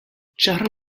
ĉar